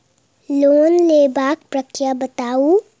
Loan लेबाक प्रक्रिया बताऊ?